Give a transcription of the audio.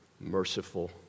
merciful